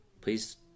please